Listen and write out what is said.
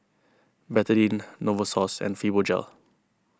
Betadine Novosource and Fibogel